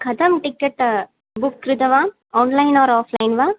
कथं ticket book कृतवान् online or offline वा